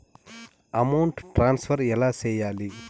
amount transfer ఎలా సేయాలి